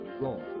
wrong